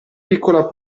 piccola